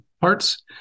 parts